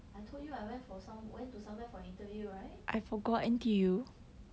I told you I went for some went to somewhere for an interview right